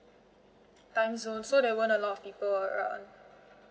timezone so there weren't a lot of people around